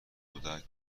کودک